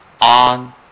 on